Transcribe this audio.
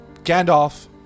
Gandalf